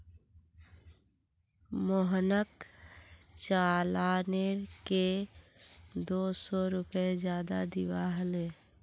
मोहनक चालानेर के दो सौ रुपए ज्यादा दिबा हले